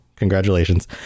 Congratulations